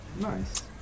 Nice